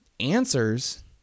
answers